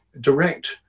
direct